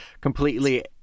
completely